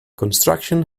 construction